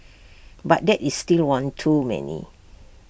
but that is still one too many